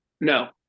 No